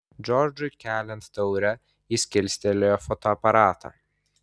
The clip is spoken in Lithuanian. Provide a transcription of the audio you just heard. džordžui keliant taurę jis kilstelėjo fotoaparatą